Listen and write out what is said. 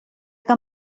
que